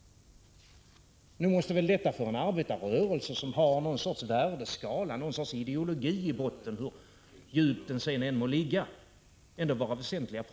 Nog måste väl detta vara väsentliga problem för en arbetarrörelse som har något slags ideologi i botten — hur djupt den sedan än må ligga?